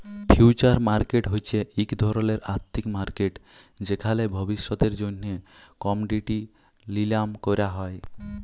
future market হছে ইক ধরলের আথ্থিক মার্কেট যেখালে ভবিষ্যতের জ্যনহে কমডিটি লিলাম ক্যরা হ্যয়